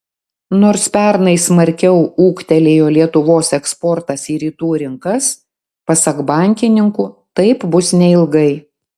nors pernai smarkiau ūgtelėjo lietuvos eksportas į rytų rinkas pasak bankininkų taip bus neilgai